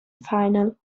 final